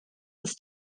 ist